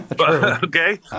Okay